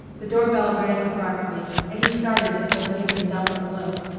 the door-bell rang abruptly and he started as though he had been dealt a blow.